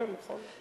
כן, נכון.